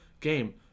game